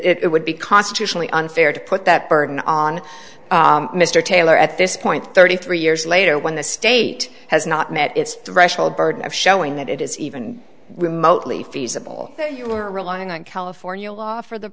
would be constitutionally unfair to put that burden on mr taylor at this point thirty three years later when the state has not met its threshold burden of showing that it is even remotely feasible that you are relying on california law for the